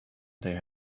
they